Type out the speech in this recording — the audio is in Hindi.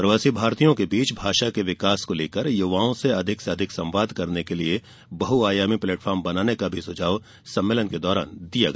प्रवासी भारतीयों के बीच भाषा के विकास के लिए युवाओं से अधिक से अधिक संवाद करने के लिए बहुआयामी प्लेटफार्म बनाने का भी सुझाव सम्मेलन के दौरान दिया गया